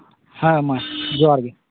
ᱦᱮᱸ ᱢᱟ ᱡᱚᱦᱟᱨ ᱜᱮ